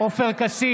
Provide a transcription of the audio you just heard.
עופר כסיף,